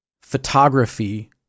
photography